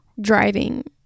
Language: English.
driving